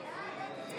בעד חמד